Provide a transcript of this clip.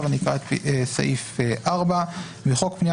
אני אקרא את סעיף 4. תיקון חוק פנייה